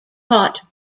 caught